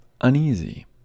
uneasy